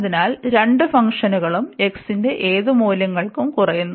അതിനാൽ രണ്ട് ഫംഗ്ഷനുകളും x ന്റെ ഏത് മൂല്യങ്ങൾക്കും കുറയുന്നു